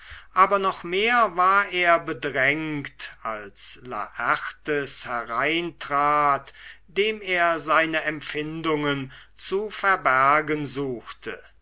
aber noch mehr war er bedrängt als laertes hereintrat dem er seine empfindungen zu verbergen suchte